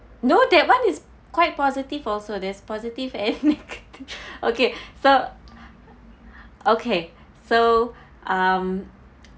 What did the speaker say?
no that [one] is quite positive also there's positive and negative okay so okay so um